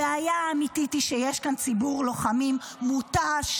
הבעיה האמיתית היא שיש כאן ציבור לוחמים מותש,